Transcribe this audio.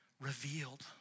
revealed